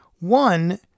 One